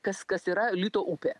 kas kas yra lito upė